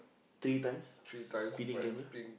three times s~ speeding camera